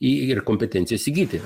ir kompetencijas įgyti